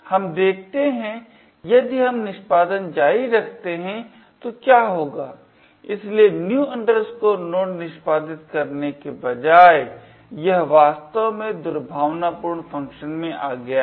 हम देखते हैं कि यदि हम निष्पादन जारी रखते हैं तो क्या होगा इसलिए new node निष्पादित करने के बजाय यह वास्तव में दुर्भावनापूर्ण फंक्शन में आ गया है